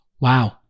Wow